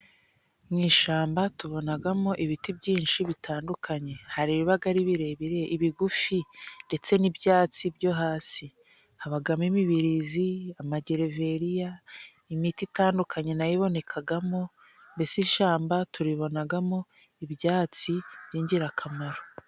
Mu ishyamba tubonamo ibiti byinshi bitandukanye, hari ibiba ari birebire, ibigufi, ndetse n'ibyatsi byo hasi, habamo imibirizi, amagereveriya, imiti itandukanye, nayo ibonekamo, mbese ishyamba turibonamo ibyatsi by'ingirakamaro.